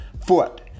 foot